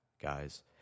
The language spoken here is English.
guys